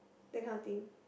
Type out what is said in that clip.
that kind of thing